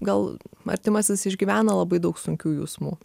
gal artimasis išgyvena labai daug sunkių jausmų